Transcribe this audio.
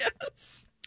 Yes